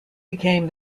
became